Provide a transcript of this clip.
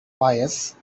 pious